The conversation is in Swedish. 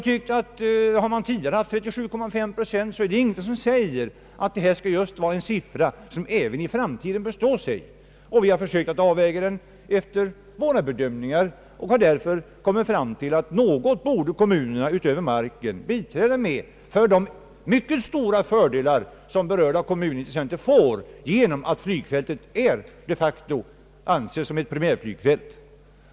Även om man tidigare haft 37,5 procent, är det ingenting som säger att denna siffra bör stå sig i framtiden. Vi har försökt avväga siffran efier våra bedömningar och kommit fram till att kommunerna utöver marken borde biträda med något för de mycket stora fördelar, som kommunen får genom att flygfältet anses som ett primärflygfält.